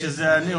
כסיף.